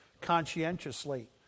conscientiously